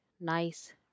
nice